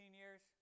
years